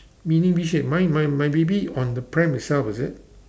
mini V shape mine my my baby on the pram itself is it